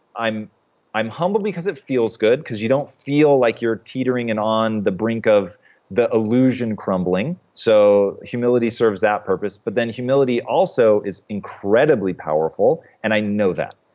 i'm i'm humbled because it feels good. because you don't feel like you're teetering and on the brink of the illusion crumbling. so humility serves that purpose, but then humility also is incredibly powerful, and i know that.